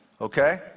okay